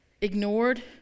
ignored